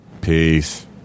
Peace